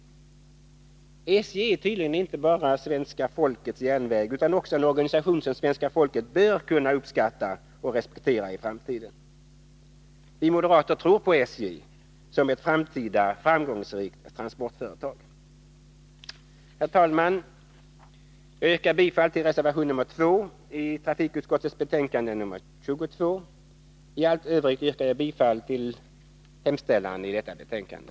SJ är tydligen inte bara svenska folkets järnväg utan också en organisation som svenska folket bör kunna uppskatta och respektera i framtiden. Vi moderater tror på SJ som ett framtida framgångsrikt transportföretag. Herr talman! Jag yrkar bifall till reservation nr2 i trafikutskottets betänkande nr 22. I allt övrigt yrkar jag bifall till hemställan i detta betänkande.